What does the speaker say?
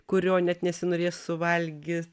kurio net nesinorės suvalgi